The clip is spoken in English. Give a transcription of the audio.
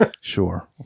Sure